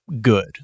good